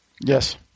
Yes